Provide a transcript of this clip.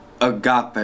agape